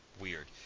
weird